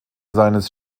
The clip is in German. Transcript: seines